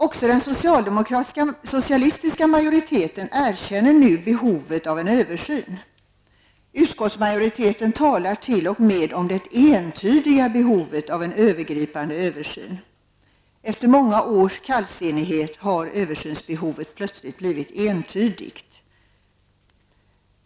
Även den socialistiska majoriteten erkänner nu behovet av en översyn. Utskottsmajoriteten talar till och med om det entydiga behovet av en övergripande översyn. Efter många års kallsinnighet har översynsbehovet plötsligt blivit entydigt.